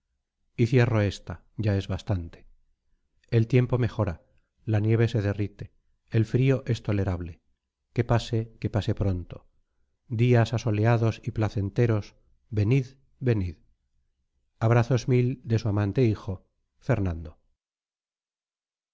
y cierro esta ya es bastante el tiempo mejora la nieve se derrite el frío es tolerable que pase que pase pronto días asoleados y placenteros venid venid abrazos mil de su amante hijo fernando